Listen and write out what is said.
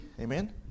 Amen